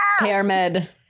pyramid